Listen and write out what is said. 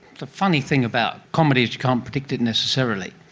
the funny thing about comedy is you can't predict it necessarily.